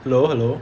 hello hello